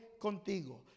contigo